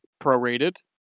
prorated